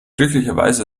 glücklicherweise